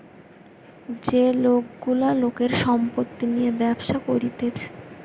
যে লোক গুলা লোকের সম্পত্তি নিয়ে ব্যবসা করতিছে